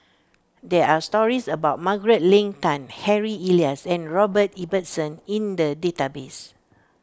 there are stories about Margaret Leng Tan Harry Elias and Robert Ibbetson in the database